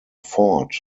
fort